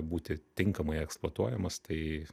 būti tinkamai eksploatuojamas tai